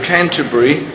Canterbury